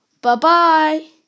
Bye-bye